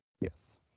Yes